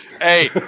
Hey